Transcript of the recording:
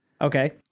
Okay